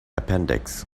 appendix